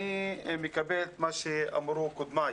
אני מקבל את מה שאמרו קודמיי.